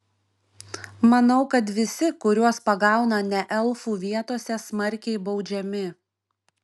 manau kad visi kuriuos pagauna ne elfų vietose smarkiai baudžiami